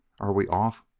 are we off?